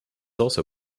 also